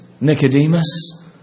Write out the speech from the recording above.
Nicodemus